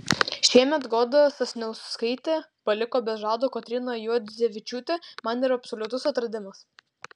šiemet goda sasnauskaitė paliko be žado kotryna juodzevičiūtė man yra absoliutus atradimas